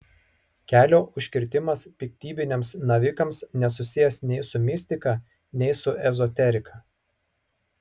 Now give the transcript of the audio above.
kelio užkirtimas piktybiniams navikams nesusijęs nei su mistika nei su ezoterika